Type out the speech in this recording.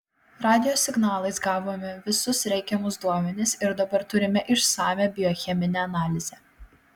radijo signalais gavome visus reikiamus duomenis ir dabar turime išsamią biocheminę analizę